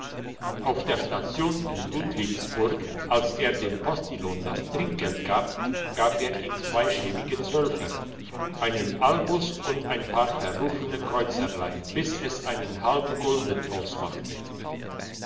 auf der station in ludwigsburg als er dem postillion das trinkgeld gab gab er ihm zwei schäbige zwölfer einen albus und ein paar verrufene kreuzerlein bis es einen halben gulden ausmachte